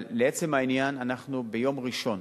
אבל לעצם העניין, ביום ראשון